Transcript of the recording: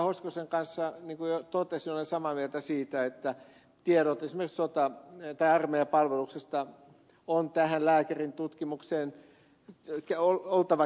hoskosen kanssa niin kuin jo totesin olen samaa mieltä siitä että tietojen esimerkiksi armeijapalveluksesta on tähän lääkärintutkimukseen oltava käytettävissä